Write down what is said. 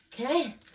Okay